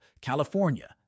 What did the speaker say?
California